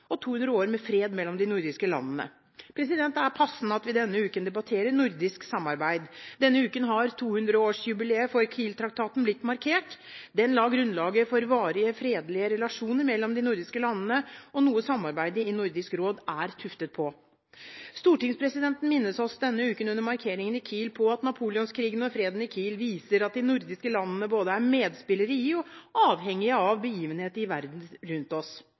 200 år med fred mellom de nordiske landene. Det er passende at vi denne uken debatterer nordisk samarbeid. Denne uken har 200-årsjubileet for Kieltraktaten blitt markert. Den la grunnlaget for varige fredelige relasjoner mellom de nordiske landene, noe samarbeidet i Nordisk råd er tuftet på. Stortingspresidenten minnet oss denne uken på, under markeringen i Kiel, at Napoleonskrigene og freden i Kiel viser at de nordiske landene både er medspillere i og avhengige av begivenhetene i verden rundt oss.